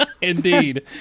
Indeed